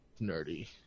nerdy